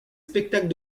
spectacles